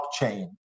blockchain